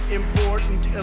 important